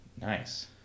Nice